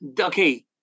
Okay